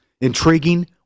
Intriguing